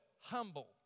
humble